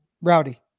Rowdy